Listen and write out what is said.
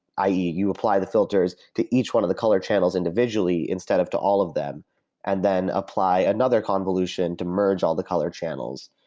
i e, you apply the filters to each one of the color channels individually instead of to all of them and then apply another convolution to merge all the color channels.